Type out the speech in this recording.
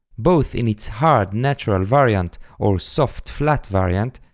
both in it's hard natural variant or soft flat variant,